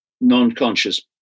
non-conscious